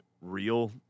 real